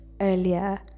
earlier